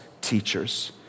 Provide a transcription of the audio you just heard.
teachers